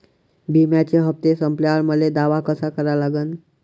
बिम्याचे हप्ते संपल्यावर मले दावा कसा करा लागन?